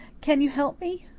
can you help me?